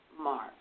Mark